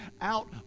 out